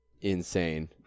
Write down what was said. insane